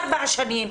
ארבע שנים,